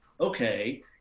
okay